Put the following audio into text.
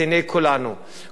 כולנו זה גם את האופוזיציה,